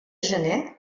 gener